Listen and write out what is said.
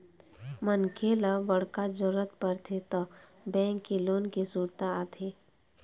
मनखे ल बड़का जरूरत परथे त बेंक के लोन के सुरता आथे